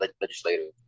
legislative